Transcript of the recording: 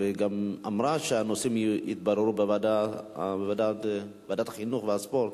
והיא גם אמרה שהנושאים יתבררו בוועדת החינוך והספורט.